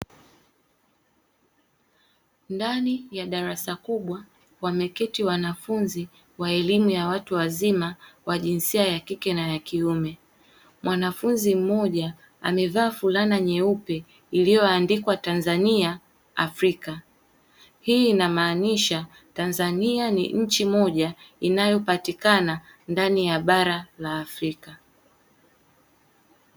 Ndani ya darasa kubwa wameketi wanafunzi wa wa elimu ya watu wazima wa jinsia ya kike na ya kiume; mwanafunzi mmoja amevaa fulana nyeupe iliyoandikwa Tanzania, Afrika. Hii inamaanisha Tanzania ni nchi moja inayopatikana ndani ya la bara la Afrika.